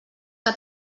que